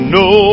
no